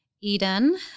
eden